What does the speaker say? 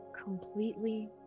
Completely